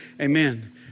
amen